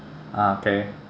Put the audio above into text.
ah K